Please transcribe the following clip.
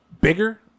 bigger